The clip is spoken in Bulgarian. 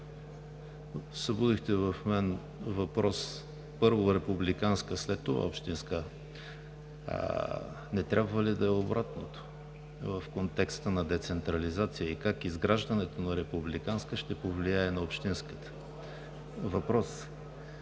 събудихте у мен въпрос: първо републиканска, а след това общинска? Не трябва ли да е обратното в контекста на децентрализация? И как изграждането на републиканска ще повлияе на общинската? Реплики,